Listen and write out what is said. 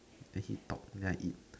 the heat dog then I eat